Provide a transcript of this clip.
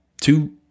two